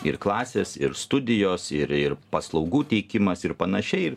ir klasės ir studijos ir ir paslaugų teikimas ir panašiai ir